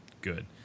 good